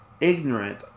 ignorant